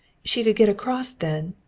she could get across then,